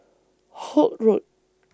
Holt Road